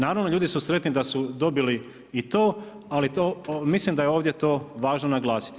Naravno, ljudi su sretni da su dobili i to, ali to, mislim da je ovdje to važno naglasiti.